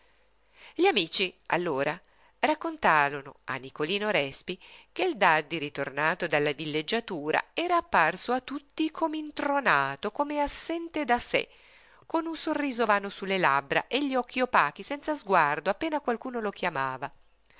gli amici allora raccontarono a nicolino respi che il daddi ritornato dalla villeggiatura era apparso a tutti com'intronato come assente da sé con un sorriso vano su le labbra e gli occhi opachi senza sguardo appena qualcuno lo chiamava